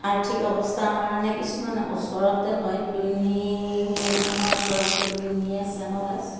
আৰ্থিক অৱস্থাৰ কাৰণে কিছুমানে ওচৰতে লয় দুনী আমাৰ ওচৰতে দুনী আছে কলেজ